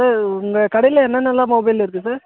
sir உங்கள் கடையில என்னென்னலாம் மொபைல் இருக்குது சார்